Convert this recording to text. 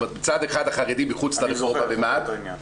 מצד אחד החרדים מחוץ לרפורמה במה"ט,